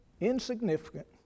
insignificant